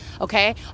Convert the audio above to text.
okay